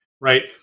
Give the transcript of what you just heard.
right